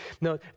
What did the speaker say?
No